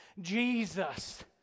Jesus